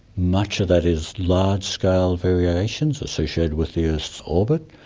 much of that is large-scale variations associated with the earth's orbit.